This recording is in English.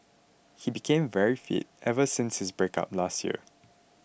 he became very fit ever since his breakup last year